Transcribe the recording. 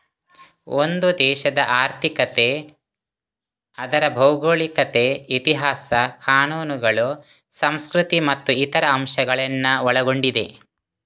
ಒಂದು ದೇಶದ ಆರ್ಥಿಕತೆ ಅದರ ಭೌಗೋಳಿಕತೆ, ಇತಿಹಾಸ, ಕಾನೂನುಗಳು, ಸಂಸ್ಕೃತಿ ಮತ್ತು ಇತರ ಅಂಶಗಳನ್ನ ಒಳಗೊಂಡಿದೆ